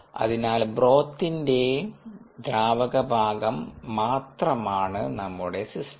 അതിനാൽ ബ്രോത്തിന്റെ ദ്രാവക ഭാഗം മാത്രമാണ് നമ്മുടെ സിസ്റ്റം